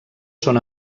són